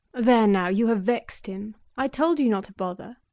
there now! you have vexed him. i told you not to bother